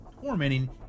Tormenting